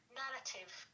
narrative